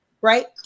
right